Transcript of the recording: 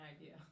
idea